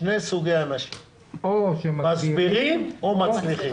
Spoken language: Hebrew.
שני סוגים אנשים, מסבירים או מצליחים.